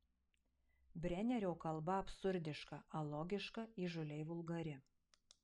brenerio kalba absurdiška alogiška įžūliai vulgari